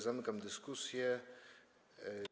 Zamykam dyskusję.